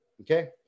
Okay